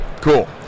Cool